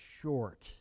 short